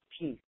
peace